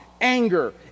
anger